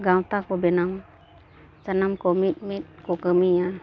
ᱜᱟᱶᱛᱟ ᱠᱚ ᱵᱮᱱᱟᱣ ᱥᱟᱱᱟᱢ ᱠᱚ ᱢᱤᱫᱼᱢᱤᱫ ᱠᱚ ᱠᱟᱹᱢᱤᱭᱟ